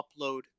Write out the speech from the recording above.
upload